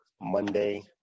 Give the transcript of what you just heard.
Monday